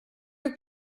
have